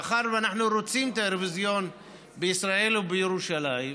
מאחר שאנחנו רוצים את האירוויזיון בישראל ובירושלים,